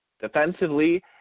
defensively